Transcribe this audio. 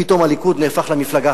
פתאום הליכוד נהפך למפלגה,